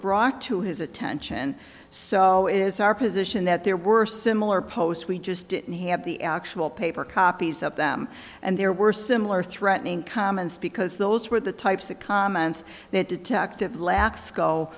brought to his attention so it is our position that there were similar posts we just didn't have the actual paper copies of them and there were similar threatening comments because those were the types of comments that detective lax go